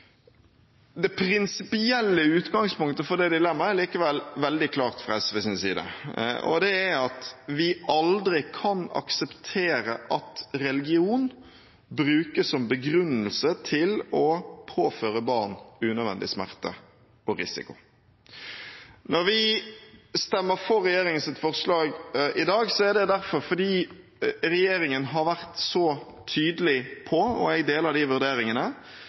Det prinsipielle utgangspunktet for det dilemmaet er likevel veldig klart fra SVs side. Det er at vi aldri kan akseptere at religion brukes som begrunnelse til å påføre barn unødvendig smerte og risiko. Når vi stemmer for regjeringens forslag i dag, er det fordi regjeringen har vært så tydelig på – og jeg deler de vurderingene